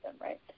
right